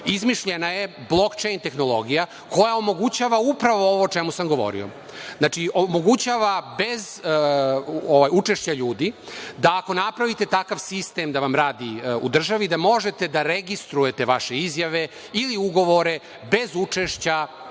izmišljena je blokčejn tehnologija koja omogućava upravo ovo o čemu sam govorio, znači, omogućava bez učešća ljudi da ako napravite takav sistem da vam radi u državi, da možete da registrujete vaše izjave ili ugovore, bez učešća